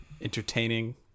entertaining